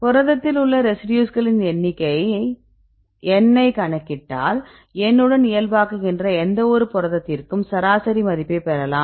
புரதத்தில் உள்ள ரெசிடியூஸ்களின் எண்ணிக்கை n ஐ கணக்கிட்டால் n உடன் இயல்பாக்குகின்ற எந்தவொரு புரதத்திற்கும் சராசரி மதிப்பைப் பெறலாம்